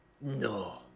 No